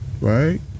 right